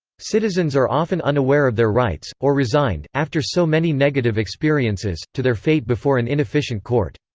citizens are often unaware of their rights, or resigned, after so many negative experiences, to their fate before an inefficient court.